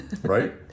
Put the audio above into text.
right